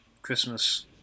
Christmas